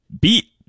beat